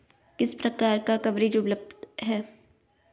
किस प्रकार का कवरेज उपलब्ध है?